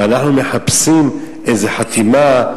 אנחנו מחפשים איזו חתימה,